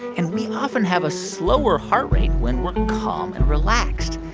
and we often have a slower heart rate when we're calm and relaxed.